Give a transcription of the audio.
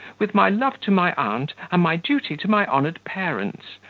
with my love to my aunt, and my duty to my honoured parents,